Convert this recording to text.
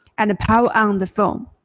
and power on the phone.